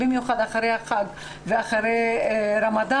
במיוחד אחרי החג ואחרי הרמדאן,